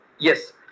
Yes